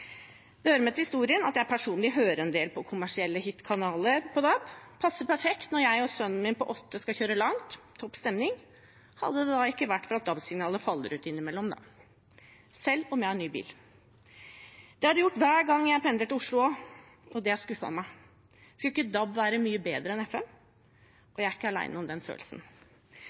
Det hører med til historien at jeg personlig hører en del på kommersielle hit-kanaler på DAB. Det passer perfekt når jeg og sønnen min på åtte år skal kjøre langt – topp stemning – men DAB-signalet faller ut innimellom, selv om jeg har ny bil. Det gjør det hver gang jeg pendler til Oslo også, og det har skuffet meg. Skulle ikke DAB være mye bedre enn FM? Jeg er ikke alene om den følelsen.